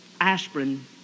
aspirin